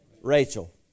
Rachel